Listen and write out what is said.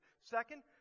Second